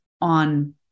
on